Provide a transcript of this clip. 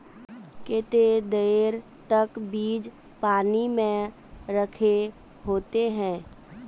केते देर तक बीज पानी में रखे होते हैं?